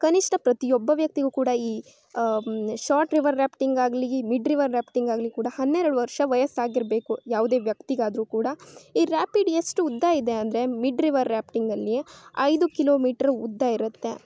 ಕನಿಷ್ಠ ಪ್ರತಿಯೊಬ್ಬ ವ್ಯಕ್ತಿಗೂ ಕೂಡ ಈ ಶಾರ್ಟ್ ರಿವರ್ ರ್ಯಾಫ್ಟಿಂಗ್ ಆಗಲಿ ಮಿಡ್ ರಿವರ್ ರಾಫ್ಟಿಂಗ್ ಆಗಲಿ ಕೂಡ ಹನ್ನೆರಡು ವರ್ಷ ವಯಸ್ಸಾಗಿರಬೇಕು ಯಾವುದೇ ವ್ಯಕ್ತಿಗಾದ್ರೂ ಕೂಡ ಈ ರ್ಯಾಪಿಡ್ ಎಷ್ಟು ಉದ್ದ ಇದೆ ಅಂದರೆ ಮಿಡ್ ರಿವರ್ ರ್ಯಾಫ್ಟಿಂಗಲ್ಲಿ ಐದು ಕಿಲೋಮೀಟ್ರ್ ಉದ್ದ ಇರುತ್ತೆ